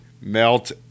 melt